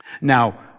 Now